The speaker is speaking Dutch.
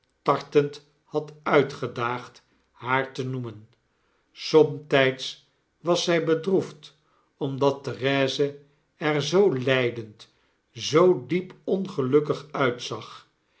tartend had uitgedaagd haar te noemen somtijds was zij bedroefd omdat therese er zoo i'ijdeud zoo diep ongelukkig uitzag